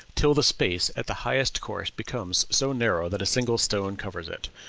till the space at the highest course becomes so narrow that a single stone covers it.